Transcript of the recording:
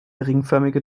ringförmige